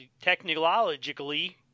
technologically